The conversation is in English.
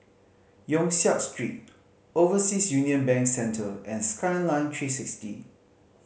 Yong Siak Street Overseas Union Bank Centre and Skyline Three Sixty